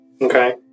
Okay